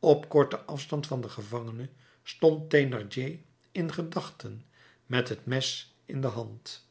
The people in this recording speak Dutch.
op korten afstand van den gevangene stond thénardier in gedachten met het mes in de hand